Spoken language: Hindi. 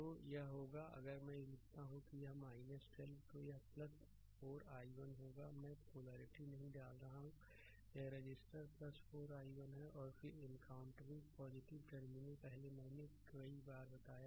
तो यह होगा कि अगर मैं यहां लिखता हूं तो यह होगा 12 तो यह 4 i1 होगा मैं पोलैरिटी नहीं डाल रहा हूं यह रजिस्टर 4 i1 है फिर एनकाउंटरिंग टर्मिनल पहले मैंने कई बार बताया